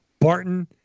Barton